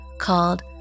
called